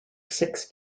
six